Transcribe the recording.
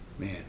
man